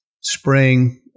spring